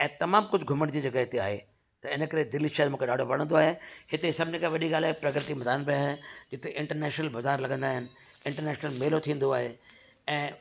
ऐं तमामु कुझु घुमण जी जॻह हिते आहे त हिन करे दिल्ली शहरु मूंखे ॾाढो वणंदो आहे हिते सभिनी खां वॾी ॻाल्हि आहे प्रगति मैदान पे आहे हिते इंटरनैशनल बाज़ारि लॻंदा आहिनि इंटरनैशनल मेलो थींदो आहे ऐं